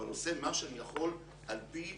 אבל עושה מה שאני יכול על פי